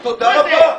תודה רבה.